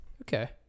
Okay